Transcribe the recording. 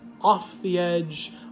off-the-edge